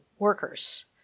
workers